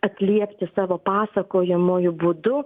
atliepti savo pasakojamuoju būdu